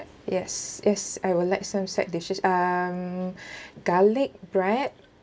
yes yes I'd like some side dishes um garlic bread